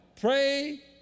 Pray